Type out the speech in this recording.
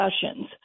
discussions